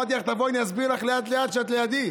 אמרתי לך, תבואי, אני אסביר לך לאט-לאט כשאת לידי.